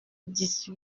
dix